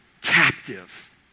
Captive